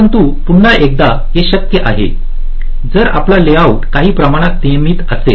परंतु पुन्हा एकदा हे शक्य आहे जर आपला लेआउट काही प्रमाणात नियमित असेल